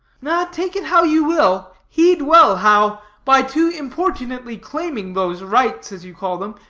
take it how you will, heed well how, by too importunately claiming those rights, as you call them,